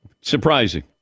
Surprising